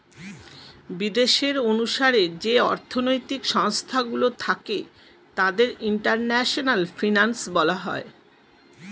বিদেশের অনুসারে যে অর্থনৈতিক সংস্থা গুলো থাকে তাদের ইন্টারন্যাশনাল ফিনান্স বলা হয়